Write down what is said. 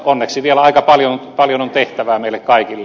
onneksi vielä aika paljon on tehtävää meille kaikille